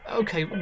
okay